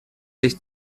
sich